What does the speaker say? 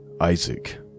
Isaac